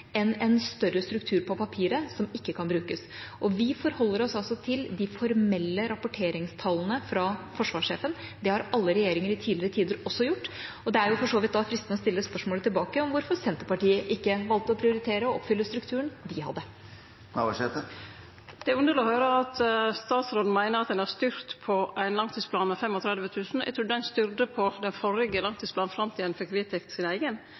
enn en større struktur på papiret som ikke kan brukes. Vi forholder oss altså til de formelle rapporteringstallene fra forsvarssjefen. Det har alle regjeringer i tidligere tider også gjort. Det er for så vidt da fristende å stille spørsmålet tilbake om hvorfor Senterpartiet ikke valgte å prioritere og oppfylle strukturen de hadde. Det er underleg å høyre at statsråden meiner at ein har styrt etter ein langtidsplan med 35 000, eg trudde ein styrte etter den førre langtidsplanen inntil ein fekk vedteke sin eigen.